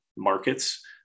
markets